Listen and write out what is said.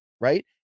right